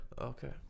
Okay